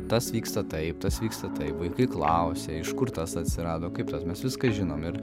tas vyksta taip tas vyksta taip vaikai klausia iš kur tas atsirado kaip tas mes viską žinome ir